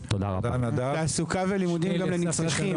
זה צער בנשמה ובבשר,